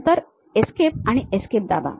नंतर Escape आणि Escape दाबा